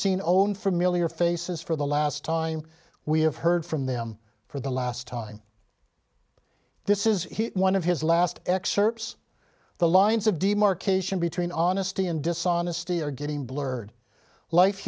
seen own for merely or faces for the last time we have heard from them for the last time this is one of his last excerpts the lines of demarcation between honesty and dishonesty are getting blurred life